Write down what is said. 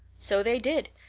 so they did.